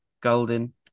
Golden